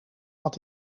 wat